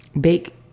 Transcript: bake